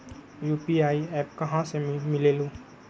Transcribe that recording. UPI app कहा से मिलेलु?